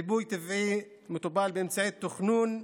ריבוי טבעי מטופל באמצעי תכנון,